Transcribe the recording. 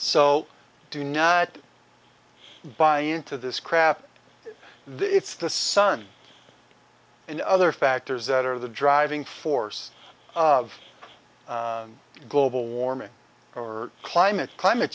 so do not buy into this crap it's the sun and other factors that are the driving force of global warming or climate climate